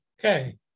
Okay